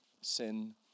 sin